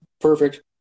perfect